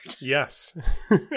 Yes